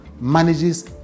manages